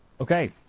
Okay